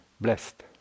blessed